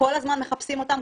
כל הזמן מחפשים אותן,